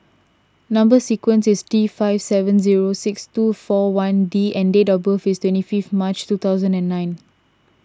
Number Sequence is T five seven zero six two four one D and date of birth is twenty fifth March two thousand and nine